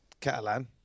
Catalan